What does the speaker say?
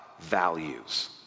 values